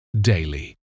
daily